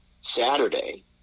Saturday